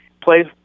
plays